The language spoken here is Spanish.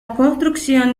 construcción